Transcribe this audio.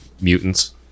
mutants